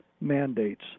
mandates